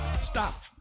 Stop